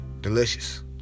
delicious